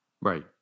Right